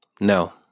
No